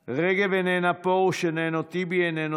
רגב, איננה, פרוש, איננו, טיבי, איננו,